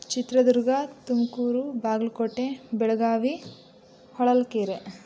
Chitradurga Tumakuru Bagalkot Belagavi Holalkere